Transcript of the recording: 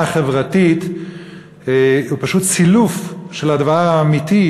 החברתית זה פשוט סילוף של הדבר האמיתי,